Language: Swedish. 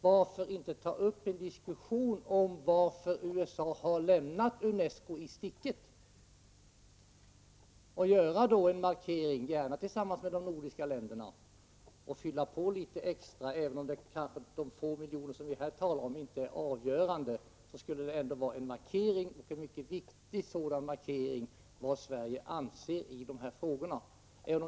Varför inte ta upp en diskussion om varför USA har lämnat UNESCO i sticket, göra en markering, gärna tillsammans med de övriga nordiska länderna, och fylla på litet extra? Även om kanske de få miljoner som vi här talar om inte är avgörande, skulle det ändå vara en mycket viktig markering av vad Sverige anser i dessa frågor.